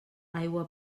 aigua